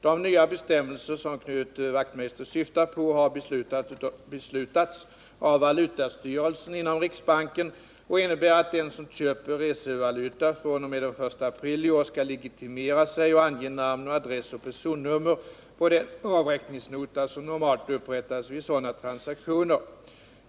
De nya bestämmelser som Knut Wachtmeister syftar på har beslutats av valutastyrelsen inom riksbanken och innebär att den som köper resevaluta fr.o.m. den 1 april i år skall legitimera sig och ange namn, adress och personnummer på den avräkningsnota som normalt upprättas vid sådana transaktioner.